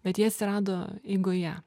bet ji atsirado eigoje